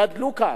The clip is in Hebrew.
גדלו כאן,